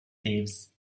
thieves